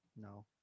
no